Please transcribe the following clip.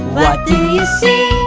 what do you see?